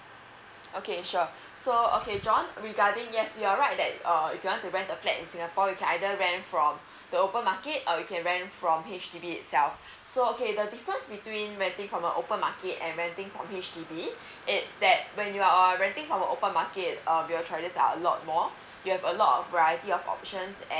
okay sure so okay john regarding yes you're right that uh if you want to rent the flat in singapore is either rent from the open market or you can rent from H_D_B itself so okay the difference between renting from a open market and renting from H_D_B it's that when you are renting from open market um your choices are a lot more you have a lot of variety of option